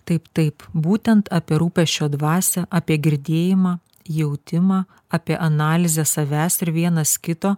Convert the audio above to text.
taip taip būtent apie rūpesčio dvasią apie girdėjimą jautimą apie analizę savęs ir vienas kito